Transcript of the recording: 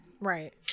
Right